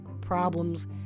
problems